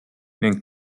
ning